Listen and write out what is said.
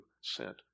sent